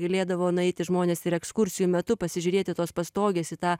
galėdavo nueiti žmonės ir ekskursijų metu pasižiūrėti tos pastogės į tą